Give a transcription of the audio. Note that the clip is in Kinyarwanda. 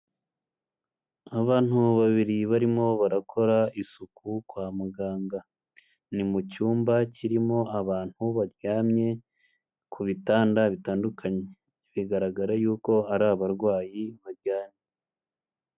Abantu babiri barimo barakora isuku kwa muganga, ni mu cyumba kirimo abantu baryamye ku bitanda bitandukanye, bigaragara yuko ari abarwayi baryamye.